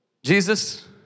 Jesus